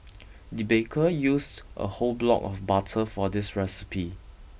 the baker used a whole block of butter for this recipe